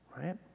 right